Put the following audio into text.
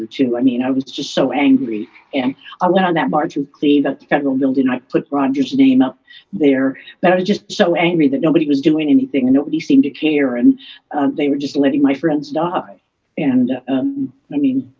too i mean i was just so angry and i went on that barge with clean that the federal building i put rogers name up there but i was just so angry that nobody was doing anything and nobody seemed to care and they were just letting my friends die and um i mean